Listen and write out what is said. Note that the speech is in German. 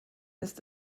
ist